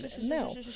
No